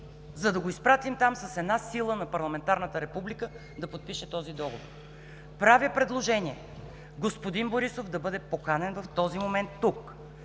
за да го изпратим там с една сила на парламентарната република да подпише този Договор. Правя предложение: господин Борисов да бъде поканен в този момент тук.